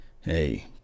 Hey